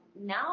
now